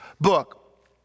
book